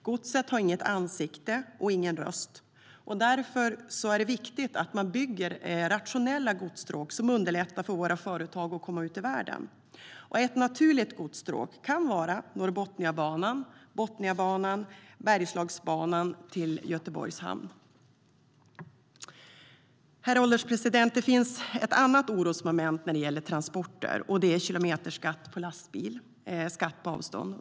Godset har inget ansikte och ingen röst. Därför är det viktigt att man bygger rationella godsstråk som underlättar för våra företag att komma ut i världen. Ett naturligt godsstråk kan vara Norrbotniabanan, Botniabanan och Bergslagsbanan till Göteborgs hamn. Herr ålderspresident! Det finns ett annat orosmoment när det gäller transporter, och det är kilometerskatt på lastbil, en skatt på avstånd.